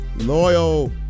loyal